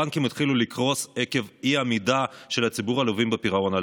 הבנקים התחילו לקרוס עקב אי-עמידה של ציבור הלווים בפירעון הלוואות.